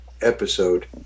episode